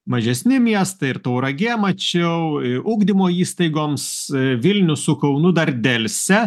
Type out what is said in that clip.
mažesni miestai ir tauragė mačiau į ugdymo įstaigoms vilnius su kaunu dar delsia